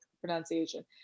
pronunciation